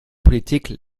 politik